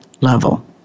level